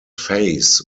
face